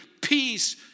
peace